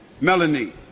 Melanie